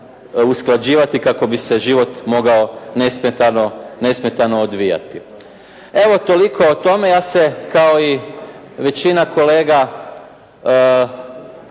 usklađivati kako bi se život mogao nesmetano odvijati. Evo toliko o tome. Ja se kao i većina kolega